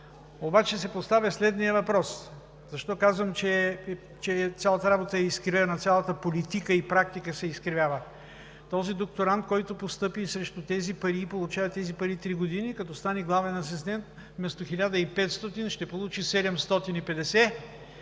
обаче се поставя следният въпрос – защо казвам, че цялата работа е изкривена, цялата политика и практика се изкривяват: този докторант, който постъпи срещу тези пари и ги получава три години, като стане главен асистент вместо 1500 лв. ще получи 750